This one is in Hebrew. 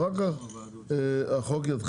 אחר כך החוק יתחיל.